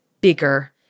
bigger